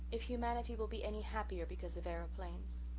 if humanity will be any happier because of aeroplanes.